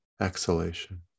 exhalation